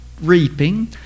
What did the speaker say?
reaping